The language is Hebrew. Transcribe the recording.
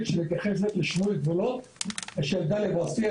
שמתייחסת לשינוי גבולות של דאליה ועוספיה,